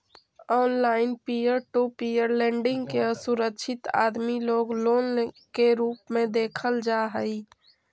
online peer to peer lending के असुरक्षित आदमी लोग लोन के रूप में देखल जा हई